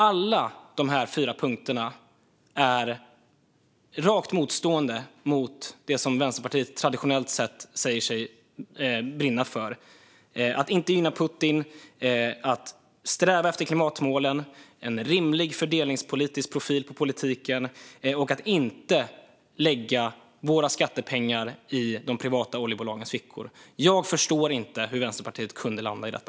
Alla dessa fyra punkter går rakt emot det som Vänsterpartiet traditionellt sett säger sig brinna för: att inte gynna Putin, att sträva efter klimatmålen, en rimlig fördelningspolitisk profil på politiken och att inte lägga våra skattepengar i de privata oljebolagens fickor. Jag förstår inte hur Vänsterpartiet kunde landa i detta.